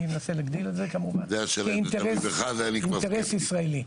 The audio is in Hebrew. אינטרס ישראלי.